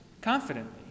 confidently